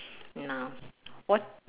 now what